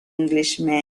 englishman